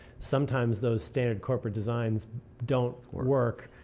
sometimes those standard corporate designs don't work.